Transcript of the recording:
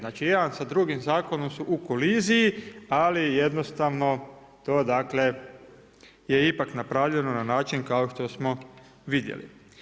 Znači jedan sa drugim zakonom su u koliziji, ali jednostavno to dakle je ipak napravljeno na način kao što smo vidjeli.